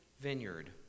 vineyard